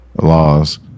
laws